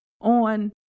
on